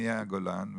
מהגולן,